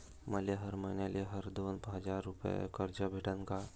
मले हर मईन्याले हर दोन हजार रुपये कर्ज भेटन का?